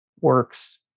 works